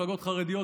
במפלגות החרדיות,